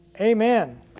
amen